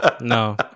no